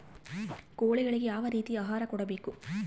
ಕೋಳಿಗಳಿಗೆ ಯಾವ ರೇತಿಯ ಆಹಾರ ಕೊಡಬೇಕು?